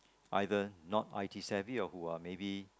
either not I_T savvy or who are maybe